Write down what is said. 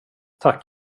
tack